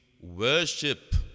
worship